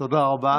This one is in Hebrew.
תודה רבה.